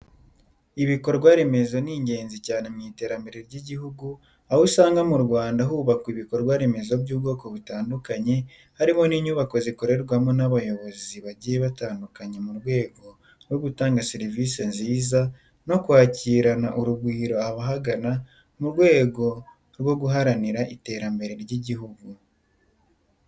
Ibikorwa remezo ni ingenzi cyane mu iterambere ry'igihugu, aho usanga mu Rwanda hubakwa ibikorwa remezo by'ubwoko butandukanye harimo n'inyubako zikorerwamo n'abayobozi bagiye batandukanye mu rwego rwo gutanga serivisi nziza no kwakirana urugwiro ababagana mu rwego rwo guharanira iterambere ry'igihugu.